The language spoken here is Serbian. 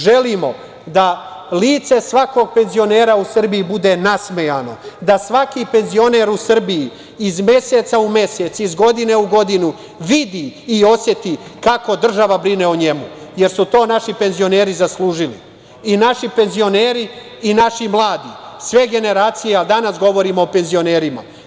Želimo da lice svakog penzionera u Srbiji bude nasmejano, da svaki penzioner u Srbiji iz meseca u mesec, iz godine u godinu vidi i oseti kako država brine o njemu, jer su to naši penzioneri zaslužili, naši penzioneri i naši mladi, sve generacije, ali danas govorimo o penzionerima.